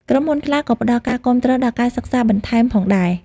ក្រុមហ៊ុនខ្លះ ក៏ផ្តល់ការគាំទ្រដល់ការសិក្សាបន្ថែមផងដែរ។